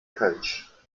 kölsch